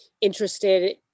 interested